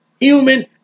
human